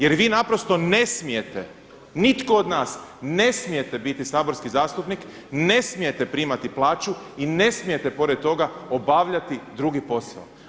Jer vi naprosto ne smijete, nitko od nas ne smijete biti saborski zastupnik, ne smijete primati plaću i ne smijete pored toga obavljati drugi posao.